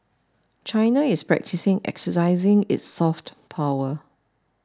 China is practising exercising its soft power